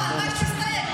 על מה יש להסתייג?